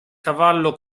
cavallo